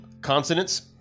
Consonants